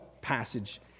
passage